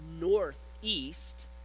northeast